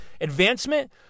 Advancement